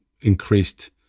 increased